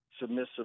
submissive